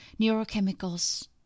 neurochemicals